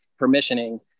permissioning